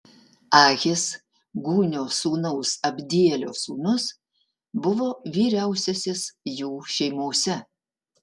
ahis gūnio sūnaus abdielio sūnus buvo vyriausiasis jų šeimose